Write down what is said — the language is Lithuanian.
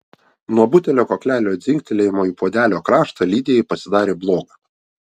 nuo butelio kaklelio dzingtelėjimo į puodelio kraštą lidijai pasidarė bloga